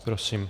Prosím.